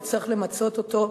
וצריך למצות אותו.